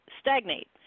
stagnate